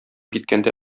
киткәндә